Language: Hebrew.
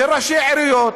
של ראשי עיריות,